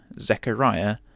Zechariah